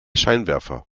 scheinwerfer